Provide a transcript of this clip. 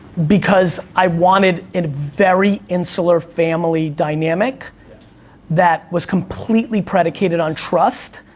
because i wanted and a very insular family dynamic that was completely predicated on trust,